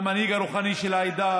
גם המנהיג הרוחני של העדה,